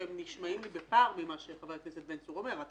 והם נשמעים לי בפער ממה שחבר הכנסת בן צור מדבר אתה